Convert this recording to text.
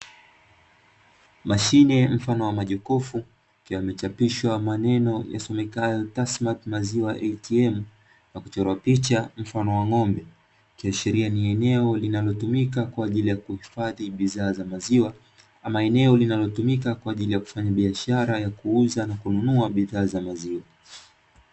Mashine mfano wa majokofu yamechapishwa maneno yasomekayo "Bassmati maziwa ATM" na kuchorwa picha mfano wa ng'ombe ikiashiria ni eneo linalotumika kwaajili ya kuhifadhi bidhaa za maziwa ama eneo linalotumika kwaajili ya kufanya biashara ya kuuza na kununua bidhaa za maziwa.